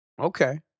Okay